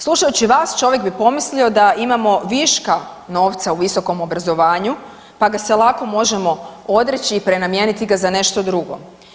Slušajući vas čovjek bi pomislio da imamo viška novca u Visokom obrazovanju, pa ga se lako možemo odreći i prenamijeniti ga za nešto drugo.